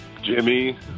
Jimmy